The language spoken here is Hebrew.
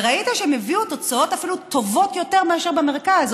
וראית שהם הביאו אפילו תוצאות טובות יותר מאשר במרכז.